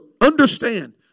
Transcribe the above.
Understand